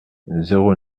zéro